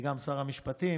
וגם שר המשפטים.